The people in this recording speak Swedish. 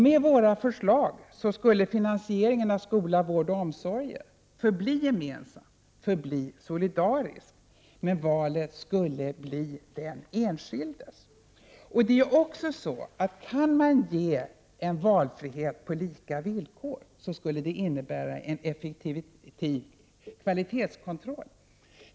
Med vårt förslag skulle finansieringen av skola, vård och omsorg förbli gemensam, förbli solidarisk, men valet skulle bli den enskildes. Det är också så att om man kan ge en valfrihet på lika villkor, skulle det innebära en effektiv kvalitetskontroll.